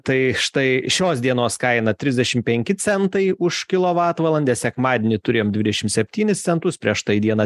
tai štai šios dienos kaina trisdešim penki centai už kilovatvalandę sekmadienį turėjom dvidešim septynis centus prieš tai dieną